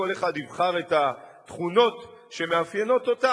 כל אחד יבחר את התכונות שמאפיינות אותה,